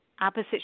opposite